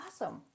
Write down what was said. Awesome